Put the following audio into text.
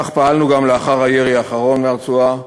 כך פעלנו גם לאחר הירי האחרון מהרצועה.